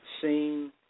seen